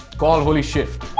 call holy shift!